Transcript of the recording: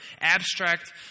abstract